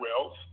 wealth